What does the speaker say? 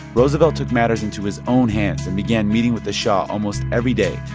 roosevelt took matters into his own hands and began meeting with the shah almost every day,